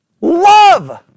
Love